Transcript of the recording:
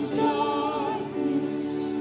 darkness